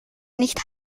nicht